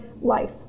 life